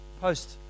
post